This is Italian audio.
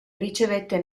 ricevette